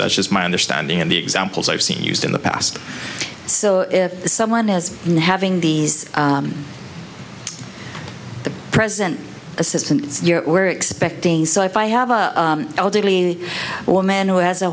that's just my understanding of the examples i've seen used in the past so if someone is not having these the present assistants were expecting so if i have a elderly woman who has a